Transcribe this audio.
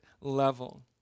level